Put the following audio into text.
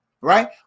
right